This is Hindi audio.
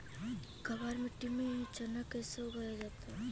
काबर मिट्टी में चना कैसे उगाया जाता है?